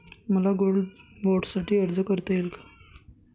मला गोल्ड बाँडसाठी अर्ज करता येईल का?